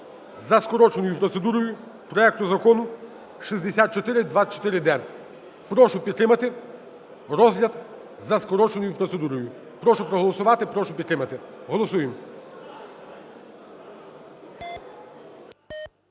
за скороченою процедурою проект Закону 6424-д. Прошу підтримати розгляд за скороченою процедурою. Прошу проголосувати, прошу підтримати. Голосуємо.